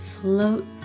float